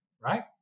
right